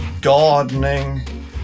gardening